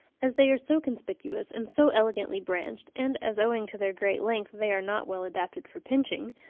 as they are so conspicuous and so elegantly branched, and as owing to their great length they are not well adapted for pinching,